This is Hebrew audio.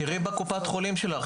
תראי בקופת החולים שלך,